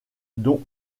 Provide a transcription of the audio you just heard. dont